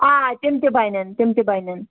آ تِم تہِ بَنن تِم تہِ بَنن